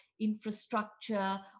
infrastructure